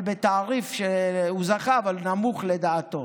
אבל בתעריף, הוא זכה, אבל בתעריף נמוך לדעתו,